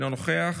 אינו נוכח.